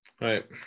right